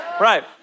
right